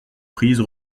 prise